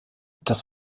das